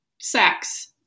sex